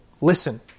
Listen